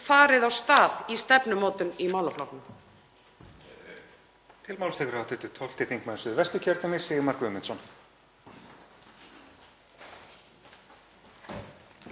farið af stað í stefnumótun í málaflokknum.